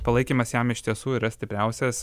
palaikymas jam iš tiesų yra stipriausias